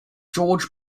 george